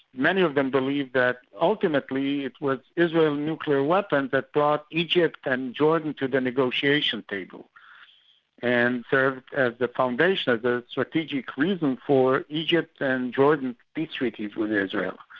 many of them believe that ultimately it's with israel's nuclear weapons that brought egypt and jordan to the negotiation table and served as the foundation of the strategic reason for egypt and jordan peace treaties with israel.